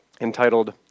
entitled